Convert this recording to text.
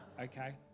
okay